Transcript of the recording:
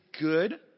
good